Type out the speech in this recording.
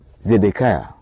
Zedekiah